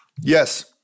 Yes